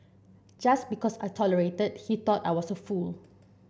just because I tolerated he thought I was a fool